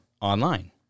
online